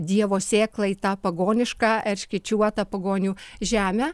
dievo sėklą į tą pagonišką erškėčiuotą pagonių žemę